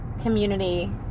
community